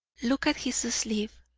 look at his sleeve.